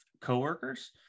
coworkers